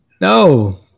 No